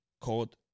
called